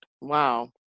wow